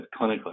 clinically